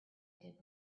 did